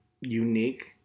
unique